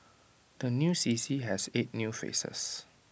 the new C C has eight new faces